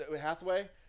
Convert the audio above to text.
Hathaway